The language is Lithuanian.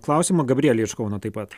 klausimą gabrielė iš kauno taip pat